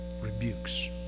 rebukes